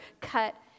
cut